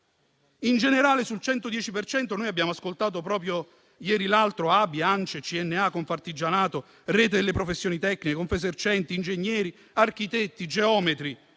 In generale, sul 110 per cento, noi abbiamo ascoltato, proprio ieri l'altro, ABI, ANCE, CNA, Confartigianato, Rete Professioni Tecniche, Confesercenti, ingegneri, architetti, geometri,